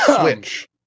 switch